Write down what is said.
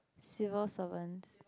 civil servants